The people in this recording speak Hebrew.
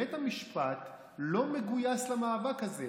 בית המשפט לא מגויס למאבק הזה.